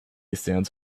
stands